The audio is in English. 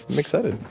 i'm excited.